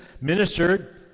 ministered